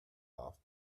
off